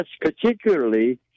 particularly